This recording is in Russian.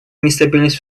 нестабильность